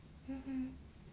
mmhmm